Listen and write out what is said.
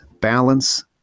balance